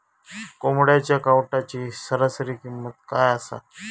कोंबड्यांच्या कावटाची सरासरी किंमत काय असा?